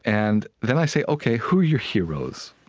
and then i say, ok, who're your heroes?